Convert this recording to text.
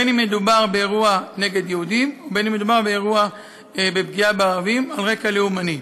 בין שמדובר באירוע נגד יהודים ובין שמדובר בפגיעה בערבים על רקע לאומני.